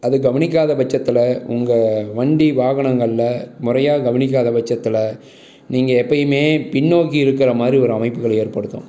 அது கவனிக்காத பட்சத்தில் உங்கள் வண்டி வாகனங்களில் முறையாக கவனிக்காத பட்சத்தில் நீங்கள் எப்பையுமே பின்னோக்கி இருக்கிற மாதிரி ஒரு அமைப்புகளை ஏற்படுத்தும்